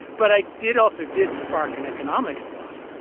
but i did also did spark an economics thought,